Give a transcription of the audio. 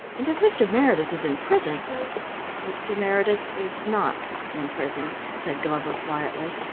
and if mr. meredith is in prison mr. meredith is not in prison, said glover quietly.